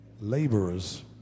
laborers